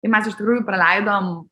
ir mes iš tikrųjų praleidom